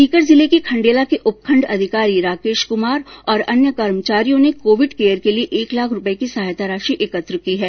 सीकर जिले के खण्डेला के उपखण्ड अधिकारी राकेश कुमार और अन्य कर्मचारियों ने कोविड केयर के लिए एक लाख रूपये की सहायता राशि एकत्र की है